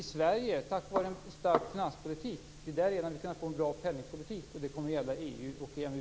Tack vare en stark finanspolitik i Sverige har vi kunnat föra en bra penningpolitik, och detsamma gäller för EU och EMU.